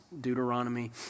Deuteronomy